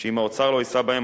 שאם האוצר לא יישא בהם,